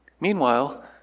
Meanwhile